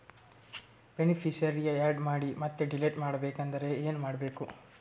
Beneficiary, add ಮಾಡಿ ಮತ್ತೆ delete ಮಾಡಬೇಕೆಂದರೆ ಏನ್ ಮಾಡಬೇಕು?